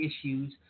issues